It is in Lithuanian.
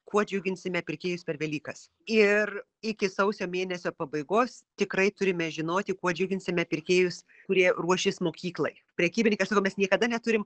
kuo džiuginsime pirkėjus per velykas ir iki sausio mėnesio pabaigos tikrai turime žinoti kuo džiuginsime pirkėjus kurie ruošis mokyklai prekybininkas sakau mes niekada neturim